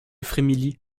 frémilly